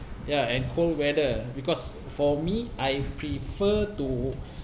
ya and cold weather because for me I prefer to